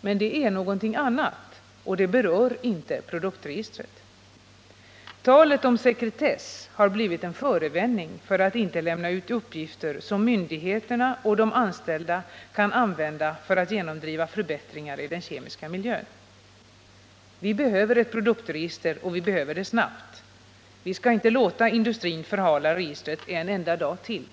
men det är någonting annat, och det berör inte produktregistret. Talet om sekretess har blivit en förevändning för att inte lämna ut uppgifter som myndigheterna och de anställda kan använda för att genomdriva förbättringar i den kemiska miljön. Vi behöver ett produktregister, och vi behöver det snabbt. Vi skall inte låta industrin förhala registret en enda dag till.